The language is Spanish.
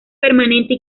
permanente